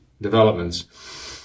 developments